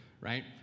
right